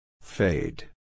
Fade